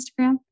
Instagram